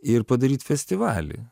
ir padaryt festivalį